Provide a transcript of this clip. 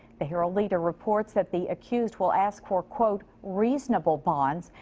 the herald leader reports that the accused will ask for, quote reasonable bonds.